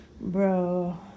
bro